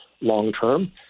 long-term